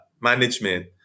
management